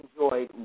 enjoyed